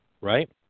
right